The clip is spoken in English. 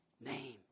name